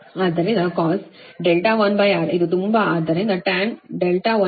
ಆದ್ದರಿಂದ Cos R1 ಇದು ತುಂಬಾ ಆದ್ದರಿಂದ tan R1 0